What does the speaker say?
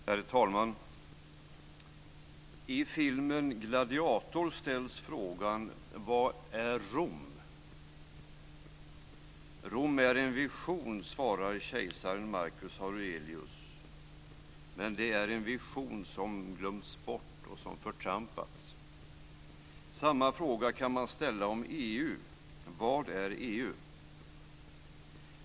Herr talman! I filmen Gladiator ställs frågan "Vad är Rom?" Rom är en vision, svarar kejsaren Marcus Aurelius. Men det är en vision som glömts bort och som förtrampats. Samma fråga kan man ställa om EU: Vad är EU?